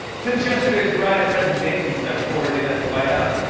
since yesterday's riot, resignations have poured in at the white house,